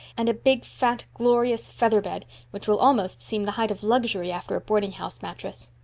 and a big, fat, glorious feather bed which will almost seem the height of luxury after a boardinghouse mattress.